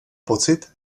pocit